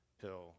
pill